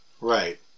Right